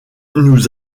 nous